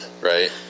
right